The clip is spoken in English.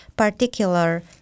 Particular